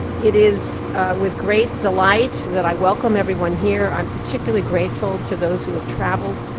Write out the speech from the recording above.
it is with great delight that i welcome everyone here. i'm particularly grateful to those who have traveled.